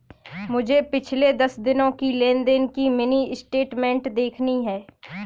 मुझे पिछले दस दिनों की लेन देन की मिनी स्टेटमेंट देखनी है